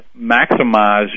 maximize